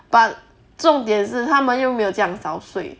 but 重点是他们又没有这样早睡